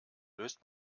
löst